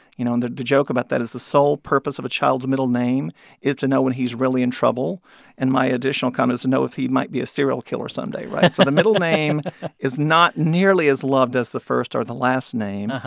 you know, and the the joke about that is, the sole purpose of a child's middle name is to know when he's really in trouble and my additional comment is to know if he might be a serial killer someday, right? so the middle name is not nearly as loved as the first or the last name.